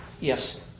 Yes